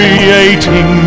Creating